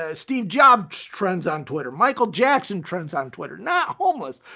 ah steve jobs, trends on twitter, michael jackson trends on twitter, now homeless.